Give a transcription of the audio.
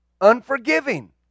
unforgiving